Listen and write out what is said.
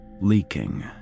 leaking